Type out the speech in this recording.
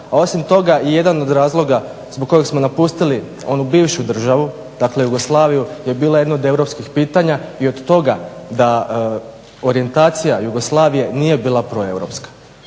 a osim toga i jedan od razloga zbog kojeg smo napustili onu bivšu državu dakle Jugoslaviju je bilo jedno od europskih pitanja i od toga da orijentacija Jugoslavije nije bila proeuropska.